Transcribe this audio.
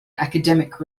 academic